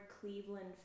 Cleveland